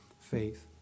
faith